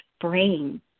brain